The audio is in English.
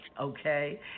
okay